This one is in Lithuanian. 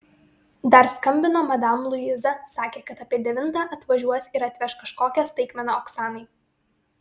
dar skambino madam luiza sakė kad apie devintą atvažiuos ir atveš kažkokią staigmeną oksanai